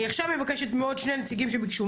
אני מבקשת שני נציגים שביקשו.